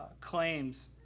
claims